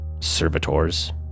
servitors